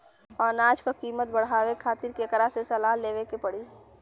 अनाज क कीमत बढ़ावे खातिर केकरा से सलाह लेवे के पड़ी?